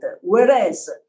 Whereas